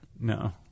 No